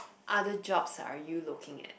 other jobs are you looking at